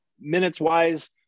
minutes-wise